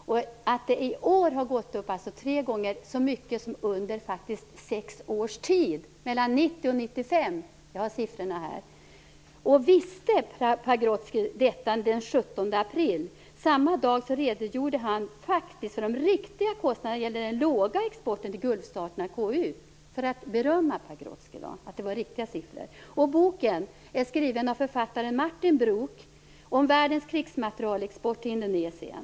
I år har detta alltså gått upp med tre gånger så mycket som under sex års tid, dvs. mellan 1990 och 1995. Jag har siffrorna här. Visste Pagrotsky detta den 17 april? Samma dag redogjorde han faktiskt för de riktiga kostnaderna i KU när det gällde den låga exporten till Gulfstaterna. Det var riktiga siffror, säger jag att för att berömma Pagrotsky. Boken jag talar om är skriven av författaren Martin Brok och handlar om världens krigsmaterielexport till Indonesien.